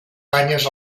banyes